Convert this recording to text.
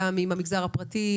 גם עם המגזר הפרטי,